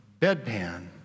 bedpan